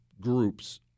groups